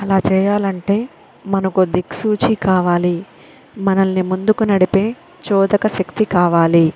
అలా చేయాలంటే మనకో దిక్సూచి కావాలి మనల్ని ముందుకు నడిపే చోదక శక్తి కావాలి